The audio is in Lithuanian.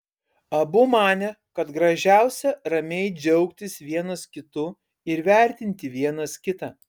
abu manė kad gražiausia ramiai džiaugtis vienas kitu ir vertinti vienas kitą